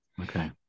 Okay